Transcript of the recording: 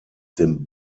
dem